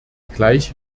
gleiche